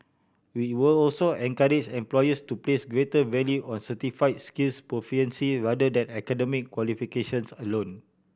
we will also encourage employers to place greater value on certify skills proficiency rather than academic qualifications alone